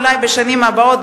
אולי בשנים הבאות,